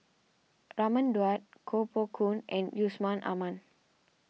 Raman Daud Koh Poh Koon and Yusman Aman